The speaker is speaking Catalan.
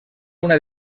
una